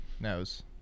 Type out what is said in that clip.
knows